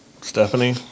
Stephanie